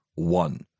One